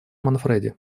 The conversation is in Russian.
манфреди